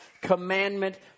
commandment